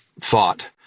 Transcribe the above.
thought